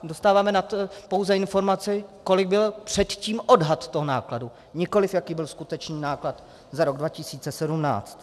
Dostáváme pouze informaci, kolik byl předtím odhad toho nákladu, nikoliv jaký byl skutečný náklad za rok 2017.